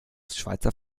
schweizer